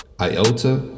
iota